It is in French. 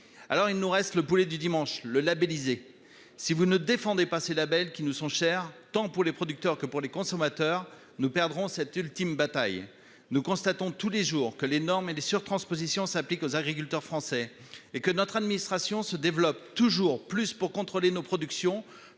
Alors, il nous reste le poulet du dimanche, le poulet labélisé. Mais si vous ne défendez pas ces labels qui nous sont chers, tant pour les producteurs que pour les consommateurs, nous perdrons cette ultime bataille ! Nous constatons tous les jours que les normes et les surtranspositions s'appliquent aux agriculteurs français ; notre administration se développe toujours plus pour contrôler nos productions